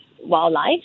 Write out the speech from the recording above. wildlife